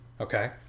Okay